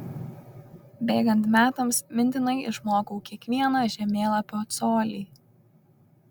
bėgant metams mintinai išmokau kiekvieną žemėlapio colį